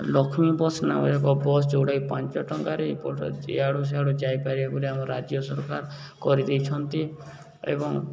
Lakshmi bus bus ଯେଉଁଟାକି ପାଞ୍ଚ ଟଙ୍କାରେ ଏପଟ ଇଆଡ଼ୁ ସିଆଡ଼ୁ ଯାଇପାରିବେ ବୋଲି ଆମ ରାଜ୍ୟ ସରକାର କରିଦେଇଛନ୍ତି ଏବଂ